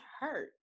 hurt